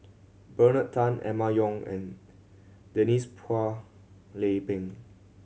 Bernard Tan Emma Yong and Denise Phua Lay Peng